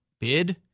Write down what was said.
bid